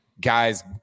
guys